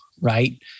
right